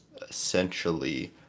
essentially